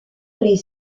les